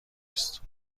است